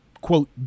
quote